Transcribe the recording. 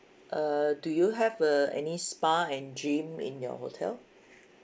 uh do you have uh any spa and gym in your hotel